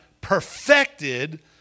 perfected